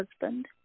husband